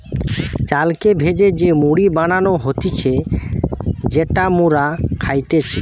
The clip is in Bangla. চালকে ভেজে যে মুড়ি বানানো হতিছে যেটা মোরা খাইতেছি